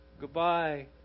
Goodbye